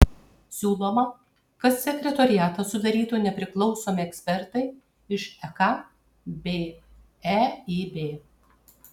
siūloma kad sekretoriatą sudarytų nepriklausomi ekspertai iš ek bei eib